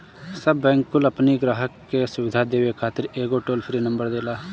सब बैंक कुल अपनी ग्राहक के सुविधा देवे खातिर एगो टोल फ्री नंबर देला